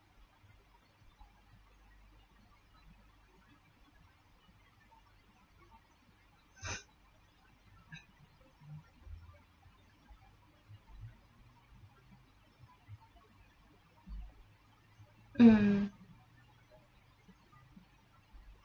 mm